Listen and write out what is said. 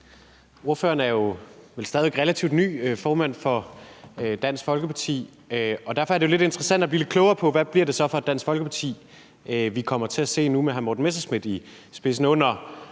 Ordføreren er vel stadig væk relativt ny formand for Dansk Folkeparti, og derfor er det jo lidt interessant at blive lidt klogere på, hvad det så bliver for et Dansk Folkeparti, vi kommer til at se nu med hr. Morten Messerschmidt i spidsen. Under